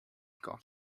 got